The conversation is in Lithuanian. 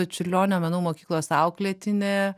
čiurlionio menų mokyklos auklėtinė